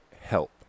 help